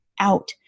out